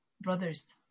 brothers